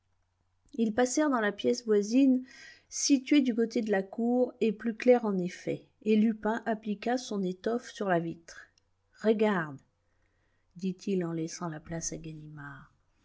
ils passèrent dans la pièce voisine située du côté de la cour et plus claire en effet et lupin appliqua son étoffe sur la vitre regarde dit-il en laissant la place à ganimard